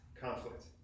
conflict